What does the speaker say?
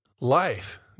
life